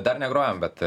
dar negrojom bet